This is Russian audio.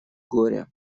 горя